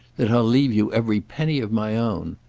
that i'll leave you every penny of my own.